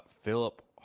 Philip